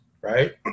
right